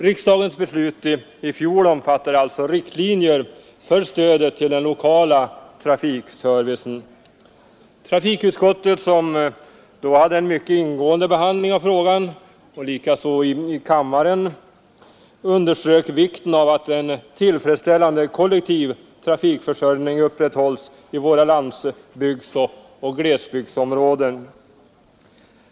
Riksdagens beslut i fjol omfattade alltså riktlinjer för stödet till den lokala trafikservicen. Trafikutskottet, som då — liksom kammaren — ägnade frågan en mycket ingående behandling, underströk vikten av att tillfredsställande kollektiv trafikförsörjning upprätthålls i våra landsbygdsoch glesbygdsområden.